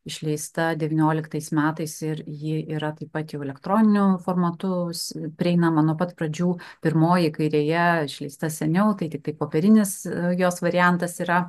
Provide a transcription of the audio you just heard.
išleista devynioliktais metais ir ji yra taip pat jau elektroniniu formatu bus prieinama nuo pat pradžių pirmoji kairėje išleista seniau tai tiktai popierinis jos variantas yra